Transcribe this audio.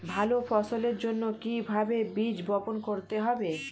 ভালো ফসলের জন্য কিভাবে বীজ বপন করতে হবে?